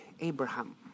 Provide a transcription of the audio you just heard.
Abraham